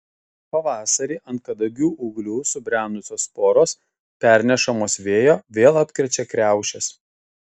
pavasarį ant kadagių ūglių subrendusios sporos pernešamos vėjo vėl apkrečia kriaušes